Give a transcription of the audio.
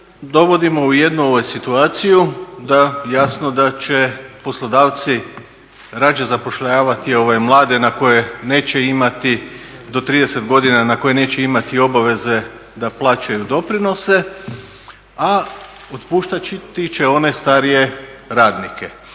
dovodimo u jednu situaciju da jasno da će poslodavci rađe zapošljavati ove mlade na koje neće imati, do 30 godina, na koje neće imati obaveze da plaćaju doprinose, a otpuštati će one starije radnike.